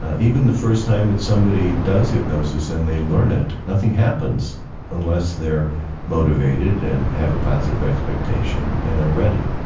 even the first time that somebody does hypnosis and they learn it nothing happens unless they're motivated and have a positive expectation and are ready.